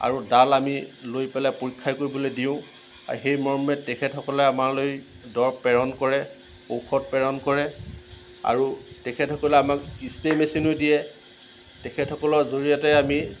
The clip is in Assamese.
আৰু ডাল আমি লৈ পেলাই পৰীক্ষা কৰিবলৈ দিওঁ আৰু সেই মৰ্মে তেখেতসকলে আমালৈ দৰৱ প্ৰেৰণ কৰে ঔষধ প্ৰেৰণ কৰে আৰু তেখেতসকলে আমাক স্প্ৰে মেচিনো দিয়ে তেখেতসকলৰ জৰিয়তে আমি